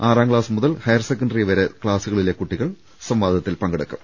ആറാം ക്സാസ് മുതൽ higher secondary വരെ ക്ലാസുകളിലെ കുട്ടി കൾ സംവാദത്തിൽ പങ്കെടുക്കും